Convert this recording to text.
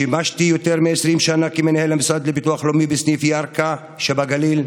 שימשתי יותר מ-20 שנה מנהל המוסד לביטוח לאומי בסניף ירכא שבגליל,